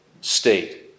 state